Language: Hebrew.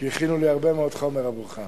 כי הכינו לי הרבה מאוד חומר עבורך.